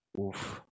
Oof